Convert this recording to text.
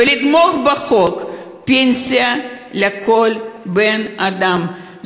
ולתמוך בחוק פנסיה לכל בן-אדם,